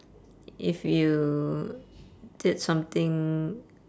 if you did something